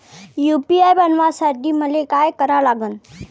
UPI बनवासाठी मले काय करा लागन?